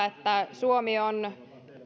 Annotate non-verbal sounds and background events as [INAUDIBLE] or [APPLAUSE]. [UNINTELLIGIBLE] että suomi on